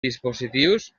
dispositius